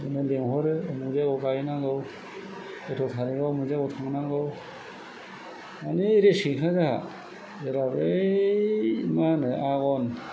बिदिनो लेंहरो अमुग जायगायाव गाहैनांगौ खथ' थारिखआव बबे जायगायाव थांनांगौ माने रेस्त गैखाया जोंहा जेराव बै मा होनो आघोन